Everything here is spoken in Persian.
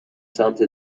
سمت